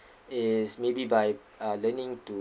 is maybe by uh learning to~